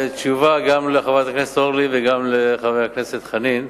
תשובה גם לחברת הכנסת אורלי לוי וגם לחבר הכנסת חנין.